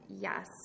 Yes